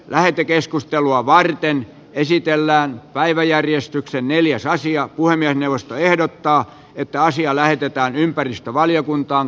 lähetekeskustelua varten esitellään päiväjärjestyksen neliosaisia puhemiesneuvosto ehdottaa että asia lähetetään ympäristövaliokuntaan